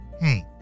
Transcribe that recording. Hey